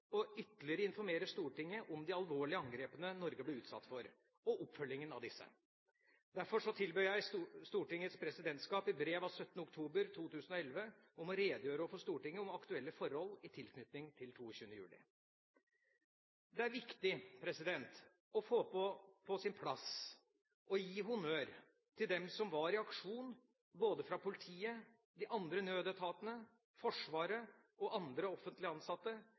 å informere Stortinget om de alvorlige angrepene Norge ble utsatt for, og oppfølgingen av disse. Derfor tilbød jeg Stortingets presidentskap i brev av 17. oktober 2011 å redegjøre overfor Stortinget om aktuelle forhold i tilknytning til 22. juli. Det er viktig og på sin plass å gi honnør til dem som var i aksjon, fra både politiet, de andre nødetatene, Forsvaret og andre offentlig ansatte,